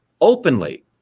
openly